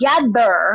together